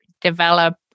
develop